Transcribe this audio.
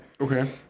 okay